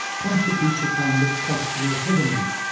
constitutes a kind of cultural hegemony.